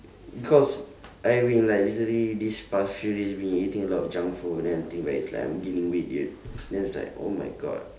because I mean like recently these past few days been eating a lot of junk food then I think back it's like I'm like gaining weight dude then it's like oh my god